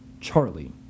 Charlie